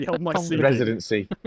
Residency